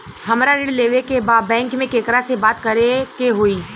हमरा ऋण लेवे के बा बैंक में केकरा से बात करे के होई?